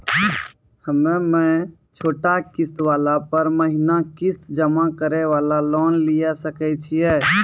हम्मय छोटा किस्त वाला पर महीना किस्त जमा करे वाला लोन लिये सकय छियै?